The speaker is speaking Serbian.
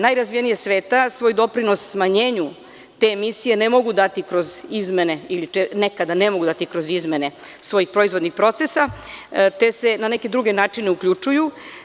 Najrazvijenije, svetu svoj doprinos smanjenju te misije ne mogu dati kroz izmene ili nekada ne mogu dati kroz izmene svojih proizvodnih procesa te se na druge načine uključuju.